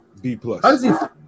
B-plus